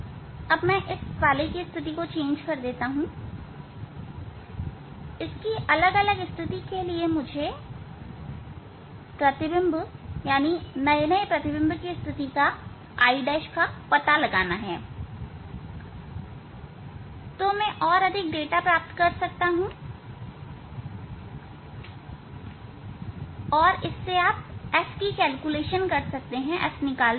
अब मैं इस वाले की स्थिति को बदल रहा हूं इसकी भिन्न स्थिति के लिए मुझे प्रतिबिंब नए प्रतिबिंब की स्थिति I' का पता लगाना हैतो मैं और अधिक उप डेटा प्राप्त कर सकता हूँ और तब आप f की गणना करके उसे निकाल सकते हैं